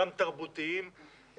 גם תרבותיים,